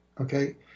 okay